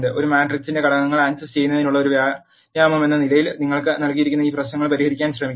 ഒരു മാട്രിക്സിന്റെ ഘടകങ്ങൾ ആക് സസ് ചെയ്യുന്നതിനുള്ള ഒരു വ്യായാമമെന്ന നിലയിൽ നിങ്ങൾക്ക് നൽകിയിരിക്കുന്ന ഈ പ്രശ്നങ്ങൾ പരിഹരിക്കാൻ ശ്രമിക്കാം